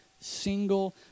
single